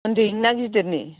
ओन्दैनिना गिदिरनि